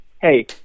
hey